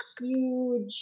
huge